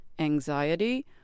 anxiety